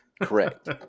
Correct